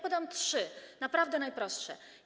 Podam trzy naprawdę najprostsze.